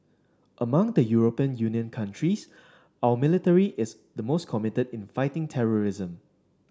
among the European Union countries our military is the most committed in fighting terrorism